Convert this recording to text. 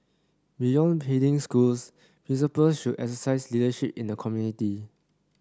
beyond schools principal should exercise leadership in the community